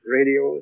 Radio